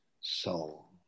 soul